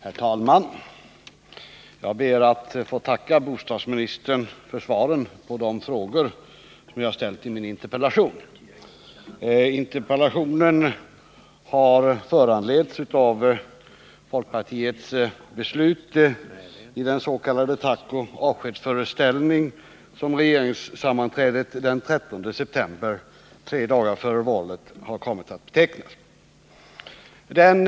Herr talman! Jag ber att få tacka bostadsministern för svaren på de frågor som jag ställt i min interpellation. Interpellationen har föranletts av folkpartiregeringens beslut i den tackoch avskedsföreställning som regeringssammanträdet den 13 september —tre dagar före valet — har kommit att betecknas som.